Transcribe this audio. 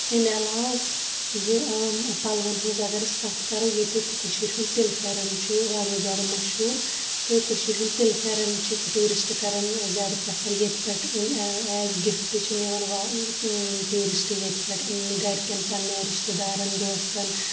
اَمہِ علاوٕ یہِ پَلوَن ہٕنٛز اگر أسۍ کَتھ کَرو ییٚتیُٚک کٔشیٖرِ ہُنٛد تِلہٕ پھٮ۪ران چھُے واریاہ زیادٕ مشہوٗر تہٕ کٔشیٖرِ ہُنٛد تِلہٕ پھٮ۪ران چھِ ٹیوٗرَسٹ کَران زیادٕ پرٛیفَر ییٚتہِ پٮ۪ٹھ ایز گِفٹہٕ چھِ نِوان وَ ٹیوٗرِسٹ ییٚتہِ پٮ۪ٹھ گَرِکٮ۪ن پںٛںٮ۪ن رِشتہٕ دارَن دوستَن